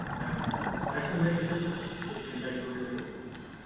and that can make a difference! it can make a real difference.